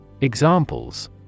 Examples